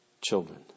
children